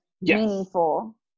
meaningful